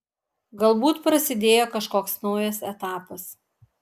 galbūt prasidėjo kažkoks naujas etapas